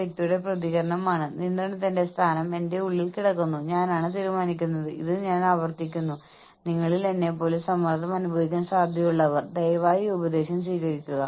വാർഷിക ലാഭത്തിന്റെ ഒരു ശതമാനം ജീവനക്കാർക്ക് വർഷം തോറും വിതരണം ചെയ്യുന്ന ഒരു സംവിധാനമാണ് ലാഭം പങ്കിടൽ